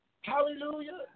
Hallelujah